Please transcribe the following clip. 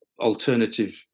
alternative